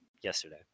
yesterday